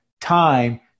time